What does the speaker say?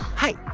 hi.